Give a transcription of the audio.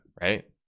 right